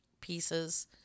pieces